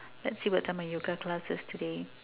let's see what time my yoga class is today